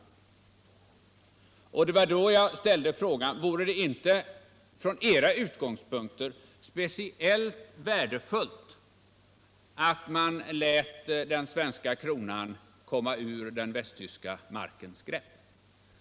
Det var också därför som jag ställde frågan: Vore det inte från era utgångspunkter speciellt värdefullt att man lät den svenska kronan komma ur den västtyska markens grepp?